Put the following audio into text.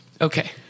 okay